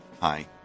Hi